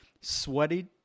Sweaty